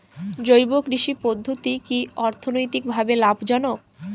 জৈব কৃষি পদ্ধতি কি অর্থনৈতিকভাবে লাভজনক?